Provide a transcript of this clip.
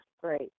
great